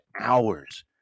hours